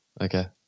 Okay